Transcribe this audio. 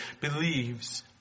believes